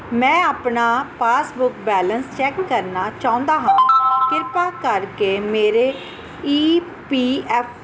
ਮੈਂ ਆਪਣਾ passbook balance check ਕਰਨਾ ਚਾਹੁੰਦਾ ਹਾਂ ਕਿਰਪਾ ਕਰਕੇ ਮੇਰੇ ਈ ਪੀ ਐੱਫ